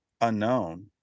unknown